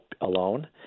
alone